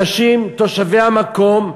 אנשים, תושבי המקום,